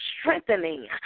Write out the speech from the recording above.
strengthening